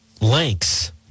lengths